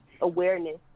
awareness